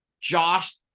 Josh